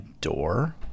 door